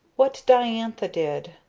what diantha did,